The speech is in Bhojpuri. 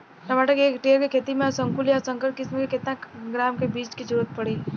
टमाटर के एक हेक्टेयर के खेती में संकुल आ संकर किश्म के केतना ग्राम के बीज के जरूरत पड़ी?